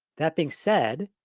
that being said,